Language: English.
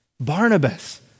Barnabas